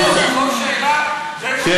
אז מתחלקים.